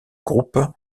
groupe